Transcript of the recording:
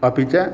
अपि च